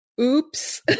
oops